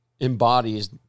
embodies